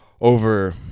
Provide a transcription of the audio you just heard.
over